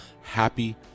happy